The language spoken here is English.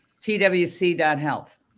TWC.Health